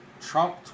Trump